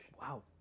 Wow